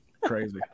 Crazy